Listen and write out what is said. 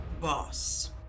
Boss